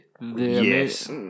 yes